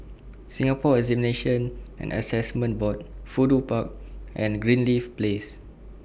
Singapore Examinations and Assessment Board Fudu Park and Greenleaf Place